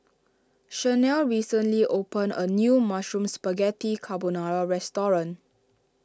Shanelle recently opened a new Mushroom Spaghetti Carbonara restaurant